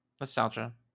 nostalgia